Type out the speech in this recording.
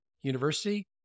University